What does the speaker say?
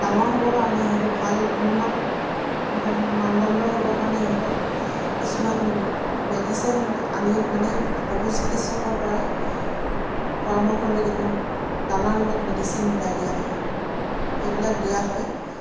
ডাঙৰ হ'বৰ কাৰণে সিহঁতক ভাল উন্নত মানদণ্ডৰ হ'বৰ কাৰণে সিহঁতক কিছুমান মেডিচিন আনি মানে পশু চিকিৎসকৰ পৰা পৰামৰ্শ লৈ কিছুমান দানাৰ লগত মেডিচিন মিলাই দিয়া হয় সেইবিলাক দিয়া হয়